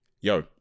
Yo